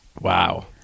Wow